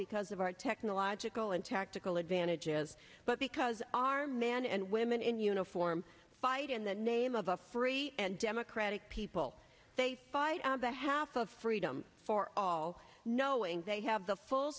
because of our technological and tactical advantages but because our man and women in uniform fight in the name of a free and democratic people they fight on behalf of freedom for all knowing they have the full